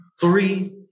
three